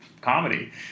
comedy